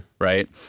Right